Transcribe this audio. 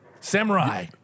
Samurai